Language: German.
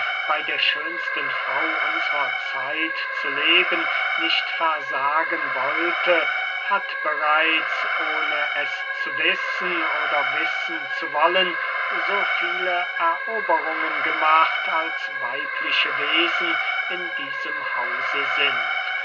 bey der schönsten frau unsrer zeit zu leben nicht versagen wollte hat bereits ohne es zu wissen oder wissen zu wollen so viele eroberungen gemacht als weibliche wesen in diesem hause sind